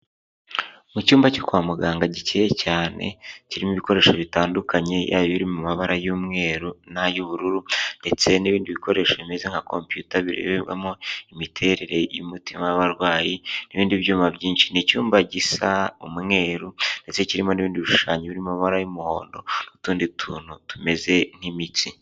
Mu cyumba cyo kwa muganga gikeya cyane, kirimo ibikoresho bitandukanye yayo biri mu mabara y'umweru n'ay'ubururu ndetse n'ibindi bikoresho bimeze nka computer birebebwamo imiterere y'umutima w'abarwayi n'ibindi byuma byinshi ni icyumba gisa umweru ndetse kirimo n'ibindi bishushanyo biririmobara y'umuhondo n'utundi tuntu tumeze nk'imitsi.